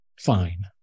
Fine